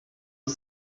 ich